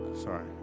Sorry